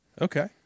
Okay